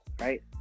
right